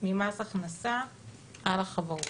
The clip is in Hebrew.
ממס הכנסה על החברות.